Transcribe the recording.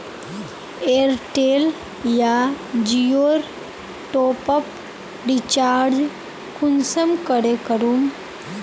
Airtel या जियोर top up recharge कुंसम करे करूम?